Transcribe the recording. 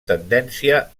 tendència